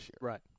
right